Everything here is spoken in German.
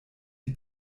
die